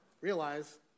realize